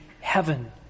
heaven